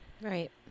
Right